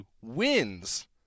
wins